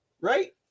right